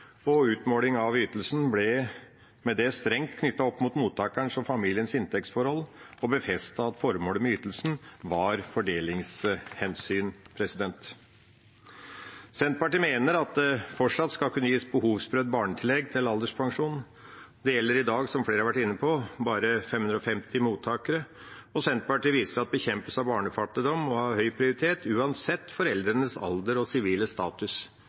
det strengt knyttet opp mot mottakerens og familiens inntektsforhold og befestet at formålet med ytelsen var fordelingshensyn. Senterpartiet mener at det fortsatt skal kunne gis behovsprøvd barnetillegg til alderspensjonen. Som flere har vært inne på, gjelder det i dag bare 550 mottakere, og Senterpartiet viser til at bekjempelse av barnefattigdom må ha høy prioritet uansett foreldrenes alder og sivile status.